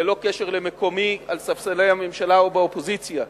ללא קשר למקומי, על ספסלי הממשלה או באופוזיציה,